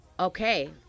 Okay